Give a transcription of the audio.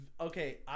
Okay